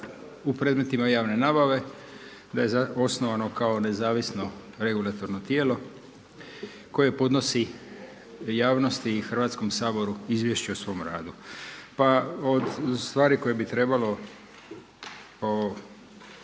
u predmetima javne nabave, da je osnovano kao nezavisno regulatorno tijelo koje podnosi javnosti i Hrvatskom saboru izvješće o svom radu. Pa od stvari koje bi trebalo istaknuti